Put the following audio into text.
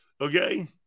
Okay